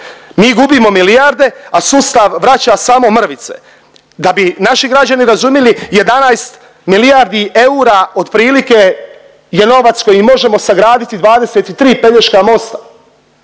Mi gubimo milijarde, a sustav vraća samo mrvice. Da bi naši građani razumili 11 milijardi eura otprilike je novac kojim možemo sagraditi 23 Pelješka mosta.